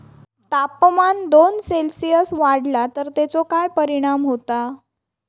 तापमान दोन सेल्सिअस वाढला तर तेचो काय परिणाम होता?